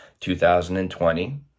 2020